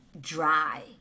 dry